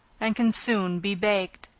and can soon be baked.